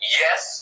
yes